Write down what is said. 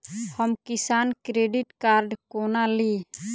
हम किसान credit card कोना ली?